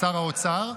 שר האוצר,